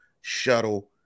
shuttle